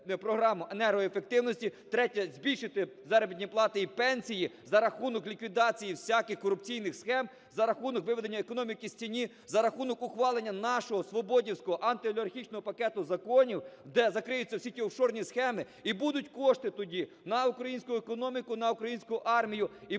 програму енергоефективності. Третє – збільшити заробітні плати і пенсії за рахунок ліквідації всяких корупційних схем, за рахунок виведення економіки з тіні, за рахунок ухвалення нашого "свободівського" антиолігархічного пакету законів, де закриються всі ті офшорні схеми. І будуть кошти тоді на українську економіку, на українську армію.